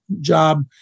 job